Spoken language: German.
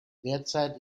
derzeit